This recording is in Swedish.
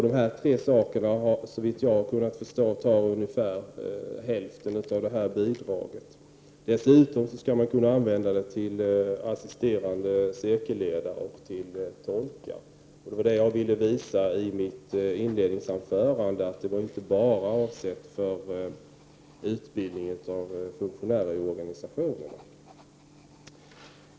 De här tre sakerna tar, såvitt jag har kunnat förstå, ungefär hälften av detta bidrag. Dessutom skall det kunna användas till assisterande cirkelledare och till tolkar. Det var det jag ville visa i mitt inledningsanförande, dvs. att bidraget inte bara var avsett för utbildningen av funktionärer i organisationerna.